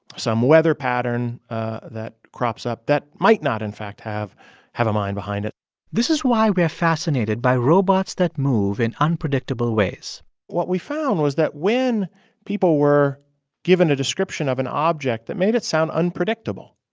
some weather pattern ah that crops up that might not in fact have have a mind behind it this is why we are fascinated by robots that move in unpredictable ways what we found was that when people were given a description of an object that made it sound unpredictable,